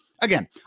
Again